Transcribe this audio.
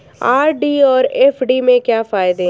RD और FD के क्या फायदे हैं?